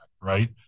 right